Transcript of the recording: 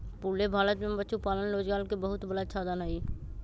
पूरे भारत में पशुपालन रोजगार के बहुत बड़ा साधन हई